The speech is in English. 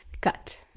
cut